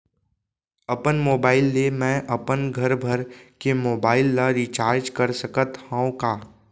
अपन मोबाइल ले मैं अपन घरभर के मोबाइल ला रिचार्ज कर सकत हव का?